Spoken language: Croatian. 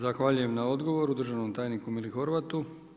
Zahvaljujem na odgovoru državnom tajniku Mili Horvatu.